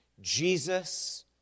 Jesus